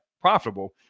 profitable